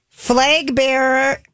Flag-bearer